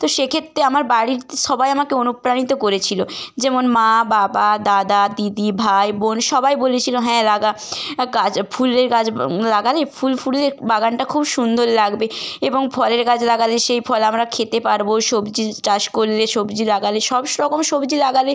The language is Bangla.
তো সেক্ষেত্রে আমার বাড়ির সবাই আমাকে অনুপ্রাণিত করেছিলো যেমন মা বাবা দাদা দিদি ভাই বোন সবাই বলেছিলো হ্যাঁ লাগা গাছ ফুলের গাছ লাগালে ফুল ফুটলে বাগানটা খুব সুন্দর লাগবে এবং ফলের গাছ লাগালে সেই ফল আমরা খেতে পারবো সবজি চাষ করলে সবজি লাগালে সবস্ রকম সবজি লাগাবে